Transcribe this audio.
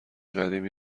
قدیمی